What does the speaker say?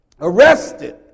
arrested